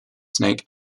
snake